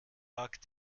back